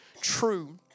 true